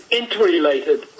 interrelated